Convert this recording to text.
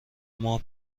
ماه